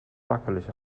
wackelig